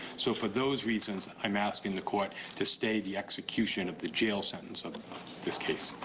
so for those reasons i am asking the court to stay the execution of the jail sentence of this case.